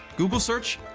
google search,